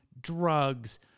drugs